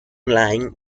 line